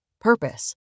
Purpose